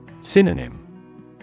Synonym